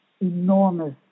enormous